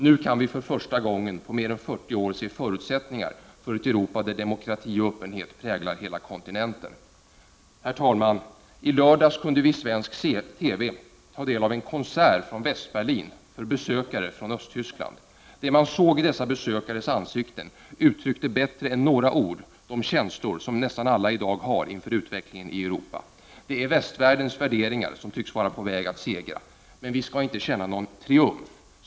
Nu kan vi för första gången på mer än 40 år se förutsättningar för ett Europa där demokrati och öppenhet präglar hela kontinenten. Herr talman! I lördags kunde vi i svensk TV ta del av en konsert i Västberlin för besökare från Östtyskland. Det man såg i dessa besökares ansikten uttryckte bättre än några ord de känslor som nästan alla i dag har inför utvecklingen i Europa. Det är västvärldens förväntningar som tycks vara på väg att segra. Men vi skall inte känna någon triumf.